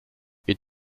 est